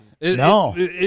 no